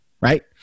right